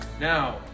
Now